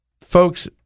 folks